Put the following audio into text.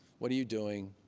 what are you doing,